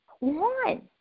one